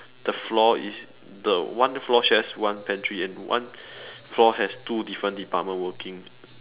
the floor is the one floor shares one pantry and one floor has two different departments working